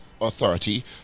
authority